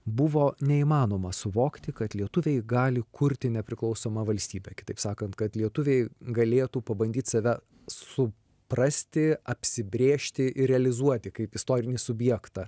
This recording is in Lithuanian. buvo neįmanoma suvokti kad lietuviai gali kurti nepriklausomą valstybę kitaip sakant kad lietuviai galėtų pabandyt save suprasti apsibrėžti ir realizuoti kaip istorinį subjektą